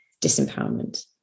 disempowerment